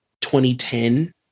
2010